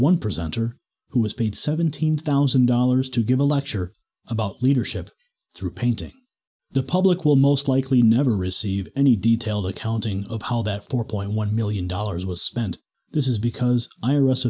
one presenter who was paid seventeen thousand dollars to give a lecture about leadership through painting the public will most likely never receive any detailed accounting of how that four point one million dollars was spent this is because iris